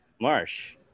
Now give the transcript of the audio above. Marsh